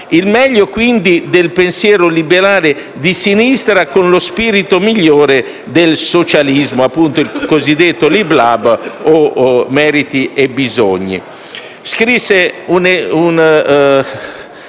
il meglio del pensiero liberale di sinistra con lo spirito migliore del socialismo, appunto il cosiddetto lib-lab o lo *slogan*